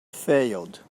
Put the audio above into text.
failed